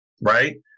right